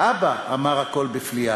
"אבא", אמר הקול בפליאה,